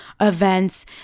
events